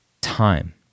time